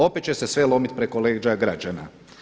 Opet će se sve lomit preko leđa građana.